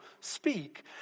speak